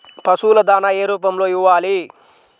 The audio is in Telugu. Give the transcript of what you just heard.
పశువుల దాణా ఏ రూపంలో ఇవ్వాలి?